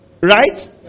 Right